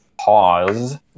Pause